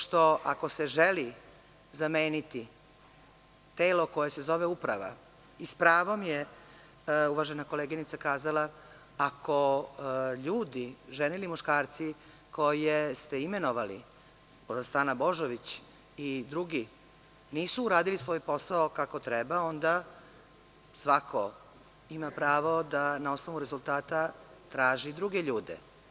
Pošto, ako se želi zameniti telo koje se zove uprava, is pravom je uvažena koleginica kazala, ako ljudi, žene ili muškarci koje ste imenovali, Stana Božović i drugi, nisu uradili svoj posao kako treba onda svako ima pravo da na osnovu rezultata traži druge ljude.